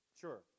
Sure